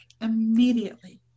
immediately